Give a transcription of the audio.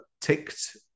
ticked